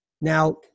Now